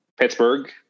Pittsburgh